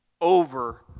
over